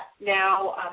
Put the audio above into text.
now